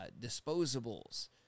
disposables